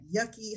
yucky